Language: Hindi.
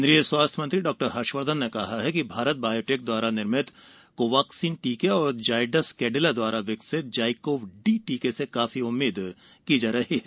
केन्द्रीय स्वास्थ्य मंत्री डॉक्टर हर्षवर्द्वन ने कहा है कि भारत बायोटेक द्वारा निर्मित कोवाक्सिन टीके और जायडस कैडिला द्वारा विकसित जाइकोव डी टीके से काफी उम्मीद की जा रही है